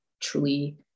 truly